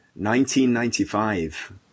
1995